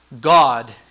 God